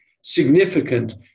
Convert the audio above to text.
significant